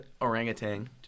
orangutan